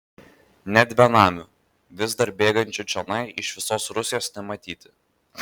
net benamių vis dar bėgančių čionai iš visos rusijos nematyti